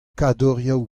kadorioù